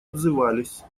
отзывались